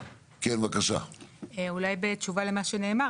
והצלה" חוק הרשות הארצית לכבאות והצלה,